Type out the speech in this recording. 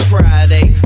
Friday